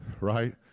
Right